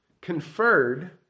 conferred